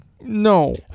no